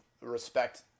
respect